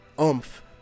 oomph